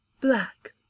Black